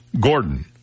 Gordon